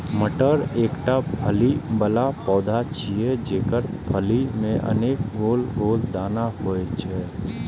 मटर एकटा फली बला पौधा छियै, जेकर फली मे अनेक गोल गोल दाना होइ छै